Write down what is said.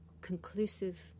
conclusive